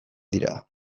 dira